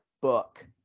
book